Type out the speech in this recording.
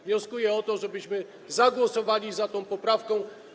Wnioskuję o to, żebyśmy zagłosowali za tą poprawką.